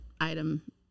item